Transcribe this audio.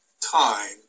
time